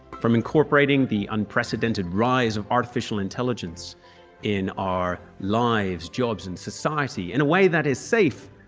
from incorporating the unprecedented rise of artificial intelligence in our lives, jobs and society in a way that is safe,